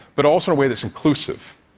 but also in a way that's inclusive.